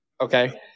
okay